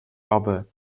albert